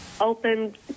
opened